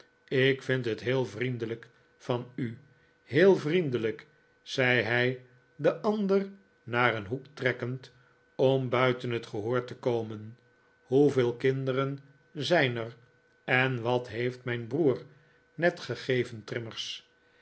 ik vind het heel vriendelijk van u heel vriendelijk zei hij den ander naar een hoek trekkend om buiten het gehoor te komen hoeveel kinderen zijn er en wat heeft mijn broer ned gegeven trimmers